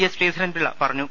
S Sreedharan Pillai പറഞ്ഞു